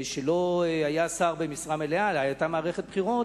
שלא היה שר במשרה מלאה, אלא היתה מערכת בחירות,